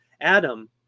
Adam